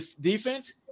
defense